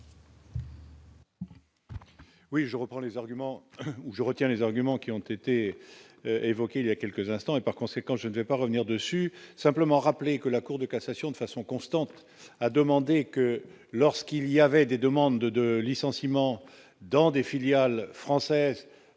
Oui, je reprends les arguments, je retiens les arguments qui ont été évoqués il y a quelques instants, et par conséquent, je ne vais pas revenir dessus, simplement rappeler que la Cour de cassation de façon constante, a demandé que lorsqu'il y avait des demandes de licenciements dans des filiales françaises